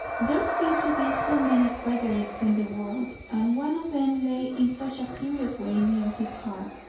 there seemed to be so many fredericks in the world, and one of them lay in such a curious way near his heart.